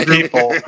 People